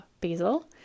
basil